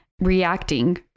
reacting